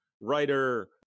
writer